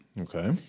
Okay